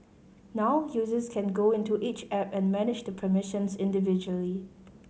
now users can go into each app and manage the permissions individually